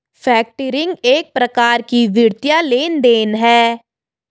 factoring एक प्रकार का वित्तीय लेन देन है